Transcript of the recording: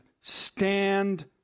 Stand